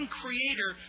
creator